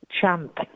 champ